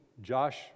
josh